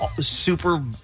super